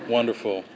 Wonderful